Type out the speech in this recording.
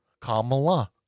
Kamala